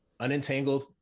unentangled